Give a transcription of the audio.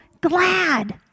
glad